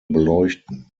beleuchten